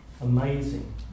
amazing